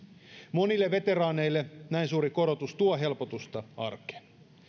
monille veteraaneille näin suuri korotus tuo helpotusta arkeen